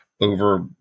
over